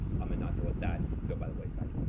um and not to let that go by the wayside.